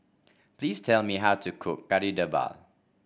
please tell me how to cook Kari Debal